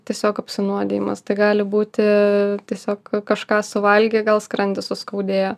tiesiog apsinuodijimas tai gali būti tiesiog kažką suvalgė gal skrandį suskaudėjo